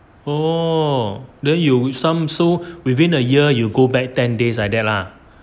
oh then you with some so within a year you go back ten days like that lah